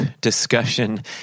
discussion